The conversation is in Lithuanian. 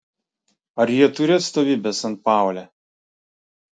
ar jie turi atstovybę sanpaule